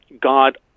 God